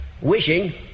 wishing